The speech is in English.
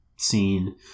Scene